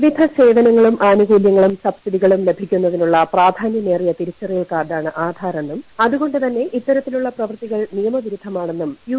വിവിധ സേവനങ്ങളും ആനുകൂല്യങ്ങളും സബ്സിഡികളും ലഭിക്കുന്നതിനുള്ള പ്രാധാന്യമേറിയ തിരിച്ചറിയൽ കാർഡാണ് ആദാർ എന്നും അതുകൊണ്ടു തന്നെ ഇത്തരത്തിൽ ഉള്ള പ്രവർത്തികൾ നിയമവിരുദ്ധമാണെന്നും യു